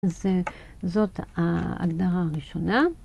אז זאת ההגדרה הראשונה,